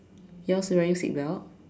yours wearing seatbelt